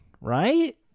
right